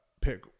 pick